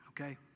Okay